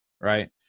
right